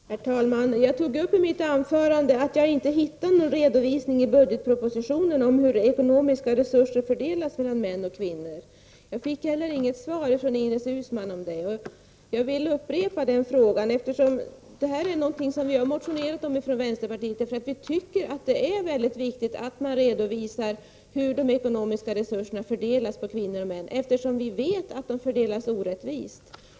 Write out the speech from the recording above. Herr talman! Jag tog i mitt anförande upp att jag inte hittade någon redovisning i budgetpropositionen om hur ekonomiska resurser fördelas mellan män och kvinnor. Jag fick heller inget besked av Ines Uusmann om detta. Jag vill upprepa den frågan, eftersom detta är något vi har motionerat om från vänsterpartiet. Vi tycker att det är mycket viktigt att man redovisar hur de ekonomiska resurserna fördelas på kvinnor och män, eftersom vi vet att de fördelas orättvist.